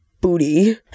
booty